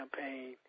campaign